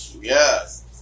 Yes